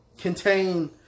contain